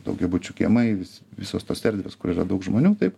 daugiabučių kiemai vis visos tos erdvės kur yra daug žmonių taip